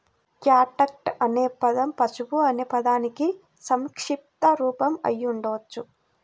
catgut అనే పదం పశువు అనే పదానికి సంక్షిప్త రూపం అయి ఉండవచ్చు